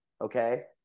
okay